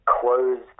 closed